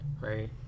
right